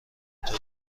بطور